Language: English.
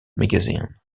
magazine